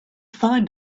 find